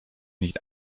nicht